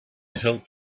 help